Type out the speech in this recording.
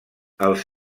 els